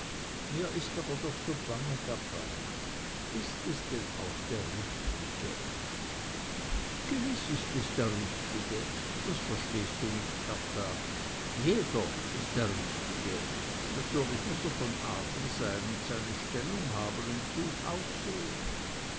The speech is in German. mir ist aber doch so bange dabei ist es denn auch der richtige gewiß ist es der richtige das verstehst du nicht hertha jeder ist der richtige natürlich muß er von adel sein und eine stellung haben und gut aussehen